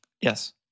yes